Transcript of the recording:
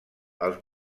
els